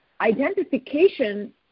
identification